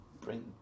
bring